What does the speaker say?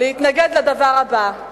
להתנגד לדבר הבא.